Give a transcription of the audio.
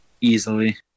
easily